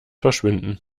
verschwinden